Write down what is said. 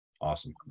Awesome